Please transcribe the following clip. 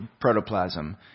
protoplasm